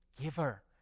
giver